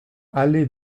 allée